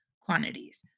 quantities